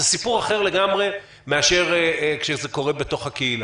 זה סיפור אחר לגמרי לעומת מצב כזה שקורה בתוך הקהילה.